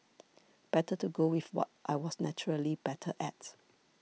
better to go with what I was naturally better at